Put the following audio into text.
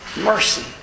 mercy